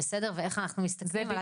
ואיך אנחנו מסתכלים על הצמיחה.